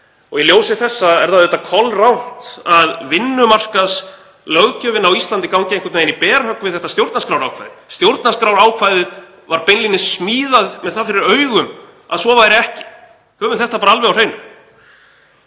Í ljósi þessa er það auðvitað kolrangt að vinnumarkaðslöggjöfin á Íslandi gangi einhvern veginn í berhögg við þetta stjórnarskrárákvæði. Stjórnarskrárákvæðið var beinlínis smíðað með það fyrir augum að svo væri ekki. Höfum þetta bara alveg á hreinu.